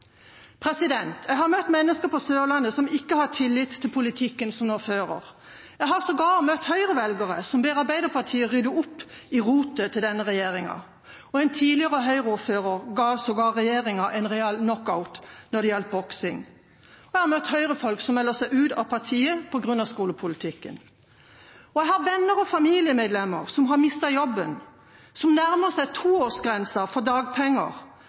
Jeg har møtt mennesker på Sørlandet som ikke har tillit til politikken som nå føres. Jeg har sågar møtt Høyre-velgere som ber Arbeiderpartiet om å rydde opp i rotet til denne regjeringa. Og en tidligere Høyre-ordfører ga sågar regjeringa en real knockout når det gjaldt boksing. Jeg har møtt Høyre-folk som har meldt seg ut av partiet på grunn av skolepolitikken. Og jeg har venner og familiemedlemmer som har mistet jobben, som nærmer seg toårsgrensa for dagpenger.